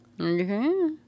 Okay